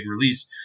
release